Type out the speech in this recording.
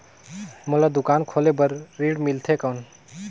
मोला दुकान खोले बार ऋण मिलथे कौन?